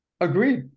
agreed